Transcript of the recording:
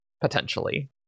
potentially